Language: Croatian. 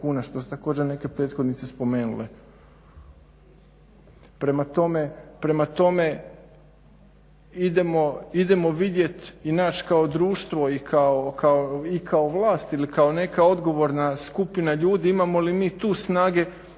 što su također neke prethodnice spomenule. Prema tome, idemo vidjeti i nas kao društvo i kao vlast ili kao neka odgovorna skupina ljudi imamo li mi tu snage